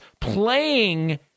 playing